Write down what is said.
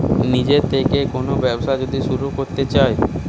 নিজের থেকে কোন ব্যবসা যদি শুরু করতে চাই